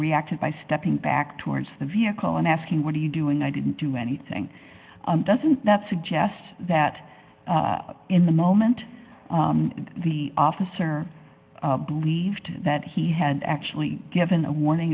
reacted by stepping back towards the vehicle and asking what are you doing i didn't do anything doesn't that suggest that in the moment the officer believed that he had actually given a warning